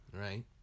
right